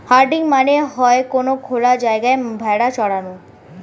herding মানে হয়ে কোনো খোলা জায়গায় ভেড়া চরানো